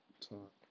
Talk